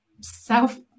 self